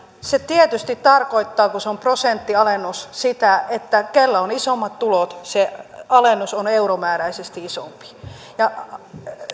se tietysti tarkoittaa kun se on prosenttialennus sitä että kellä on isommat tulot se alennus on euromääräisesti isompi ja